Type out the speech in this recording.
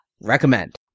recommend